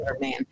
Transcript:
man